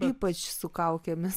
ypač su kaukėmis